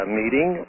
meeting